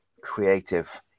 Creative